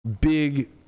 big